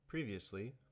Previously